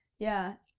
yeah.